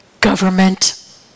government